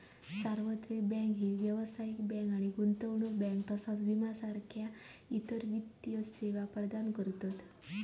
सार्वत्रिक बँक ही व्यावसायिक बँक आणि गुंतवणूक बँक तसाच विमा सारखा इतर वित्तीय सेवा प्रदान करतत